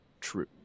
true